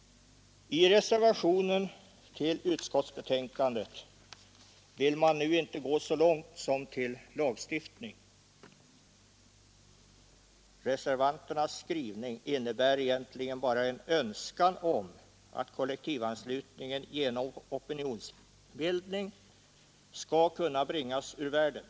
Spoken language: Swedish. I reservationen till utskottsbetänkandet vill man nu inte gå så långt som till en lagstiftning. Reservanternas skrivning innebär egentligen bara en önskan om att kollektivanslutningen genom opinionsbildning skall kunna bringas ur världen.